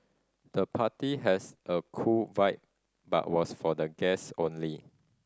the party has a cool vibe but was for the guests only